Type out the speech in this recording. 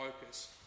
focus